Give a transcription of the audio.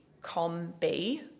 COM-B